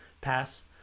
pass